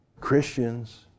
Christians